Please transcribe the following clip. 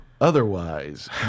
otherwise